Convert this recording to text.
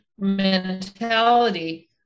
mentality